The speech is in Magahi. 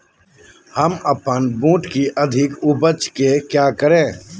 हम अपन बूट की अधिक उपज के क्या करे?